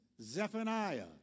Zephaniah